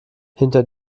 hinter